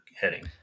heading